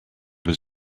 was